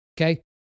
okay